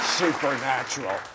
supernatural